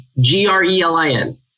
G-R-E-L-I-N